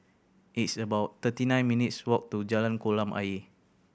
it's about thirty nine minutes' walk to Jalan Kolam Ayer